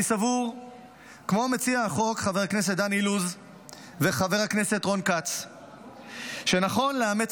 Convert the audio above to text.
כמו חבר הכנסת רון כץ ומציע